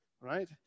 right